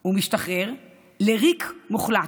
הוא משתחרר לריק מוחלט,